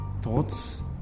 thoughts